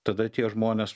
tada tie žmonės